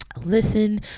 listen